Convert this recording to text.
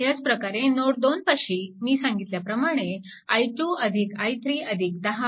ह्याच प्रकारे नोड 2 पाशी मी सांगितल्याप्रमाणे i2 i3 10 0